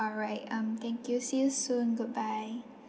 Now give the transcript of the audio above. all right um thank you see you soon goodbye